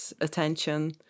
attention